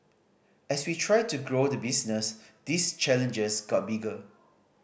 as we tried to grow the business these challenges got bigger